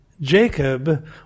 Jacob